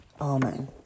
Amen